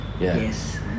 Yes